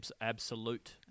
absolute